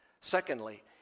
Secondly